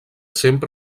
sempre